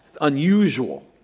unusual